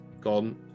gone